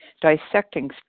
dissecting